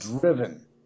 driven